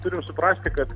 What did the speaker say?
turim suprasti kad